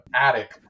attic